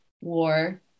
war